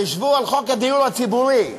חִשבו על חוק הדיור הציבורי.